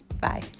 bye